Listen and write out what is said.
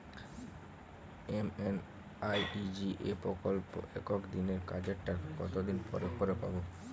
MNREGA প্রকল্পে একশ দিনের কাজের টাকা কতদিন পরে পরে পাব?